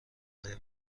آیا